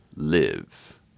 live